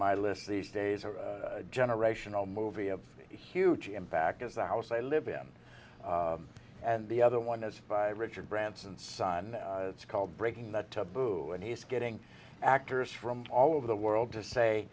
my list these days are generational movie of huge and back of the house i live in and the other one is by richard branson son it's called breaking the taboo and he's getting actors from all over the world to say